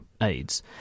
AIDS